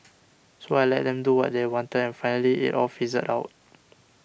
so I let them do what they wanted and finally it all fizzled out